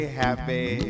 happy